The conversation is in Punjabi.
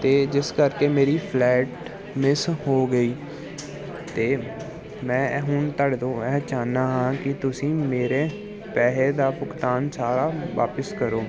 ਅਤੇ ਜਿਸ ਕਰਕੇ ਮੇਰੀ ਫਲੈਟ ਮਿਸ ਹੋ ਗਈ ਅਤੇ ਮੈਂ ਹੁਣ ਤੁਹਾਡੇ ਤੋਂ ਇਹ ਚਾਹੁੰਦਾ ਹਾਂ ਕਿ ਤੁਸੀਂ ਮੇਰੇ ਪੈਸੇ ਦਾ ਭੁਗਤਾਨ ਸਾਰਾ ਵਾਪਿਸ ਕਰੋ